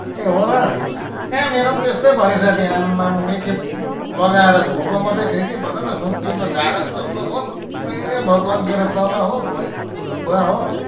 ए हो र कहाँ मेरो नि त्यस्तै भयो नि साथी आम्मामा एकखेप लगाएर धोएको मात्रै थिएँ कि भन न सोम त्यो त झाड्न जस्तो थोत्रे भयो तन्केर तल हो भुवै भुवा हो